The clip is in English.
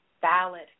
Valid